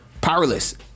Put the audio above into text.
powerless